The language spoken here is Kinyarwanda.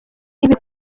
ibi